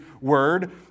Word